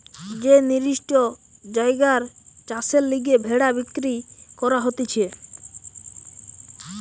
যে নির্দিষ্ট জায়গায় চাষের লিগে ভেড়া বিক্রি করা হতিছে